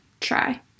try